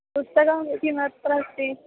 पुस्तकं किमत्र अस्ति